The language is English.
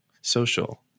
social